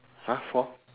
!huh! four